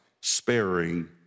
sparing